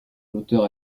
l’auteur